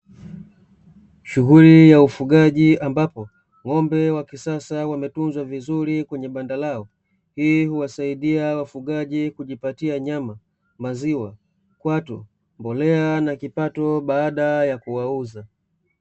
Shughuli ya ufugaji ambapo ng'ombe wa kisasa wametunzwa vizuri kwenye banda lao. Hii huwasaidia wafugaji kujipatia nyama, maziwa, kwato, mbola na kipatoo baada ya kuwauza.